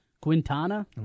Quintana